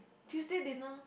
Tuesday dinner